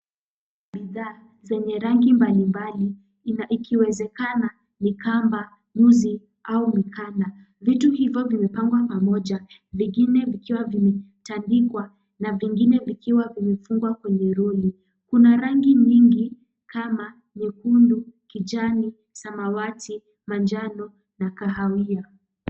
Bidhaa zenye rangi mbalimbali, na ikiwezekana ni kamba, nyuzi, au mikanda. Vitu hivyo vimepangwa pamoja, vingine vikiwa vimetandikwa na vingine vikiwa vimefungwa kwenye roli . Kuna rangi nyingi kama nyekundu, kijani, samawati, manjano na kahawia.